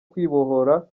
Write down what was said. kwibohora